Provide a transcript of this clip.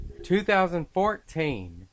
2014